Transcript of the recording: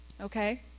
Okay